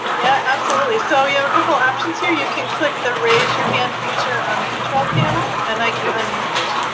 yeah. absolutely. so, you know, a couple options here. you can click the raise your hand feature on the control panel. and i can unmute you.